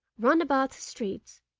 run about the streets,